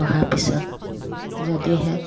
পঢ়াৰ পিছত যদিহে